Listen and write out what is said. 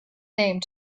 name